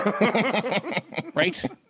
right